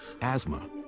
asthma